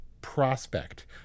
prospect